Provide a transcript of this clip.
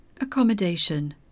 Accommodation